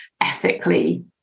ethically